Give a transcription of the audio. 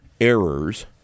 errors –